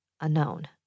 unknown